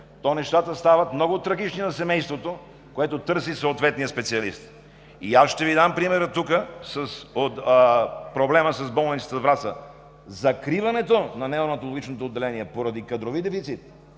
то нещата стават много трагични за семейството, което търси съответния специалист. Ще Ви дам пример с проблема с болницата във Враца – закриването на неонатологичното отделение поради кадрови дефицит